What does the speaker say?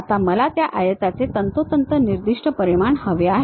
आता मला त्या आयताचे तंतोतंत निर्दिष्ट परिमाण हवे आहेत